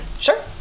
Sure